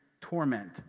Torment